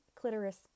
Clitoris